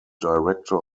director